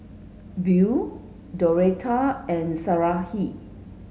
Buell Doretta and Sarahi